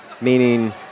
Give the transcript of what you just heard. Meaning